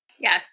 Yes